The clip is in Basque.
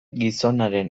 gizonaren